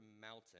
mountain